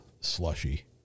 slushy